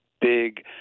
big